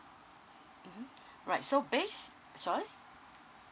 mm right so based sorry